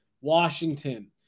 Washington